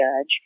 judge